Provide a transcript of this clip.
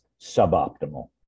suboptimal